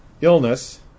illness